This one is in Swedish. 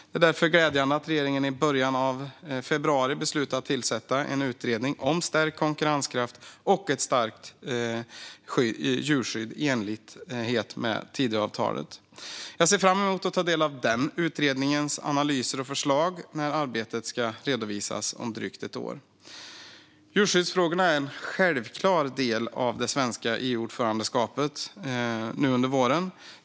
Det är därför glädjande att regeringen i början av februari beslutade att tillsätta en utredning om stärkt konkurrenskraft och ett starkt djurskydd i enlighet med Tidöavtalet. Jag ser fram emot att ta del av den utredningens analyser och förslag när arbetet ska redovisas om drygt ett år. Djurskyddsfrågorna är en självklar del av det svenska EU-ordförandeskapet under våren.